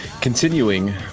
Continuing